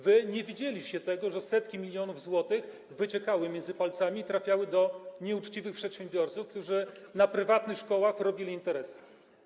Wy nie widzieliście tego, że setki milionów złotych wyciekały między palcami i trafiały do nieuczciwych przedsiębiorców, którzy na prywatnych szkołach robili interesy.